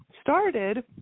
started